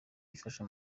ifasha